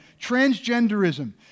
transgenderism